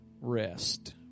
rest